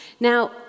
Now